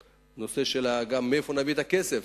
גם עוסקים בשאלה מאיפה נביא את הכסף,